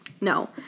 No